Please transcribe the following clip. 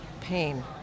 pain